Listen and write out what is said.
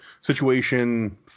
situation